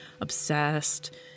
obsessed